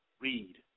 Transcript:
Read